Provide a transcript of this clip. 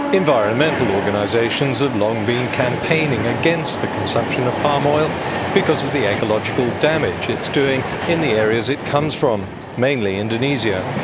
environmental organisations have long been campaigning against the consumption of palm oil because of the ecological damage it's doing in the areas it comes from, mainly indonesia.